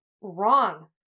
wrong